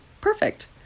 Perfect